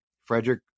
Frederick